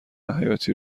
حیاتی